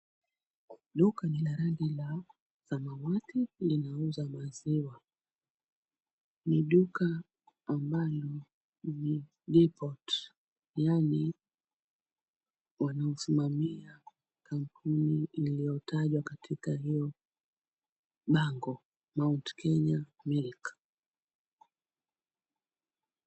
Duka ni la rangi la samawati, linauza maziwa. Ni duka ambalo ni depot yaani ni wanaosimamia kampuni iliotajwa katika hiyo bango Mount Kenya Milk.